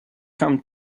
come